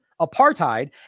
apartheid